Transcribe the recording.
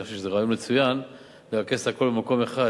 אני חושב שזה רעיון מצוין לרכז את הכול במקום אחד,